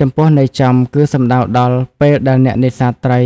ចំពោះន័យចំគឺសំដៅដល់ ពេលដែលអ្នកនេសាទត្រី